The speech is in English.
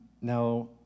Now